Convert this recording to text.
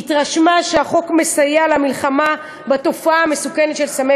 והתרשמה שהחוק מסייע למלחמה בתופעה המסוכנת של סמי